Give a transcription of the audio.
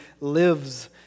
lives